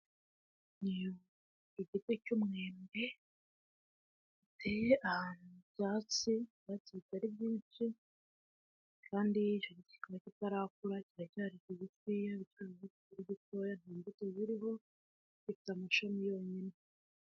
Igiti cy'umwembe giteye ahantu mu byatsi, ibyatsi bitaraba byinshi kandi kikaba kitarakura kiracyari kigufiya mu bigaragara kiracyari gitoya, nta mbuto ziriho gifite amashami yonyine.